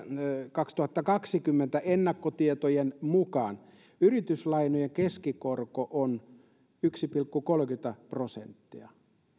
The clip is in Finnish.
kaksituhattakaksikymmentä julkaistujen ennakkotietojen mukaan yrityslainojen keskikorko on yksi pilkku kolmekymmentä prosenttia